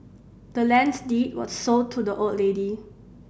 the land's deed was sold to the old lady